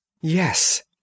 Yes